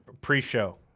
pre-show